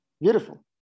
beautiful